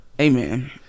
Amen